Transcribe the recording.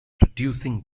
producing